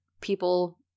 people-